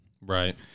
right